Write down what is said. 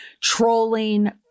trolling